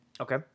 Okay